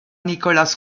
nicolas